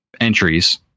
entries